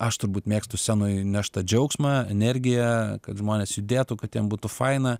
aš turbūt mėgstu scenoj nešt tą džiaugsmą energiją kad žmonės judėtų kad jiem būtų faina